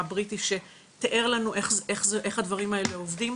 בריטי שתיאר לנו איך הדברים האלה עובדים.